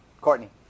Courtney